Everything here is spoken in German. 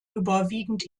überwiegend